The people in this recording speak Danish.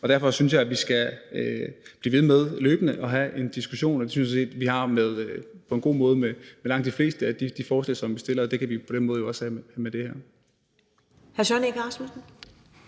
os. Derfor synes jeg, at vi skal blive ved med løbende at have en diskussion. Det synes jeg sådan set at vi – på en god måde – har om langt de fleste af de forslag, som vi fremsætter. Og det kan vi jo også have om det her.